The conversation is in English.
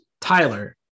Tyler